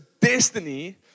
destiny